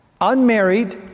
unmarried